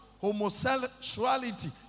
homosexuality